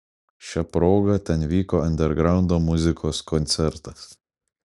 šia proga ten vyko andergraundo muzikos koncertas